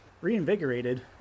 Reinvigorated